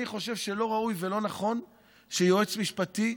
אני חושב שלא ראוי ולא נכון שיועץ משפטי,